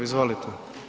Izvolite.